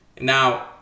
Now